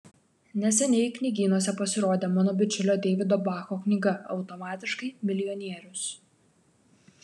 neseniai knygynuose pasirodė mano bičiulio deivido bacho knyga automatiškai milijonierius